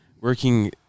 working